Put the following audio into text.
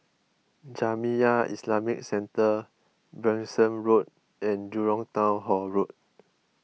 Jamiyah Islamic Centre Branksome Road and Jurong Town Hall Road